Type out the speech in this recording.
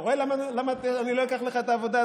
אתה רואה למה אני לא אקח לך את העבודה,